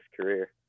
career